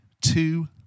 two